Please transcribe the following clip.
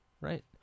right